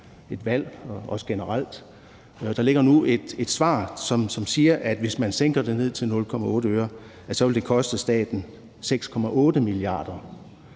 et valg og også generelt. Der ligger nu et svar, som siger, at det, hvis man sænker det til 0,8 øre, vil koste staten 6,8 mia. kr.